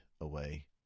away